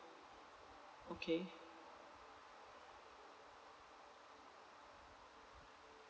okay